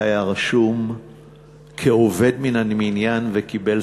והוא היה רשום כעובד מן המניין וקיבל